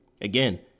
again